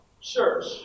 church